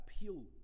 appeal